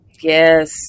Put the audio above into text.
Yes